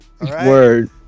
Word